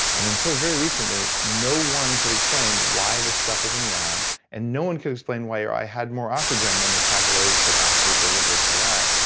and until very recently no one could explain why this stuff was in the eye and no one could explain why your eye had more oxygen than the capillaries could actually deliver to the eye.